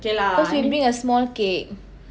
cause we bring a small cake